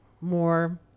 more